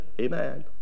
Amen